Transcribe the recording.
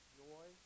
joy